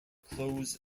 clothes